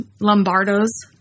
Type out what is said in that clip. Lombardo's